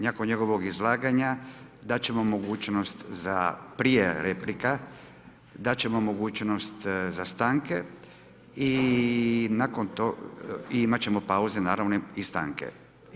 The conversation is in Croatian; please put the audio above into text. Nakon njegovog izlaganja dat ćemo mogućnost za prije replika dat ćemo mogućnost za stanke i imat ćemo pauze naravno i stanke.